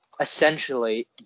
essentially